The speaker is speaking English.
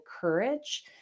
courage